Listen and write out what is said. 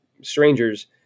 strangers